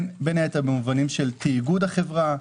בין היתר במובנים של תאגוד החברה,